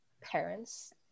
parents